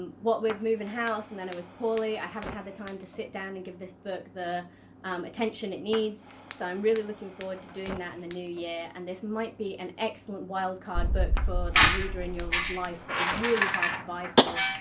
um what with moving house and then i was poorly, i haven't had the time to sit down and give this book the attention it needs so i'm really looking forward to doing that in the new year. and this might be an excellent wild-card book for that reader in your life that is really hard to buy for.